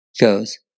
goes